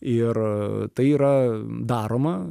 ir a tai yra daroma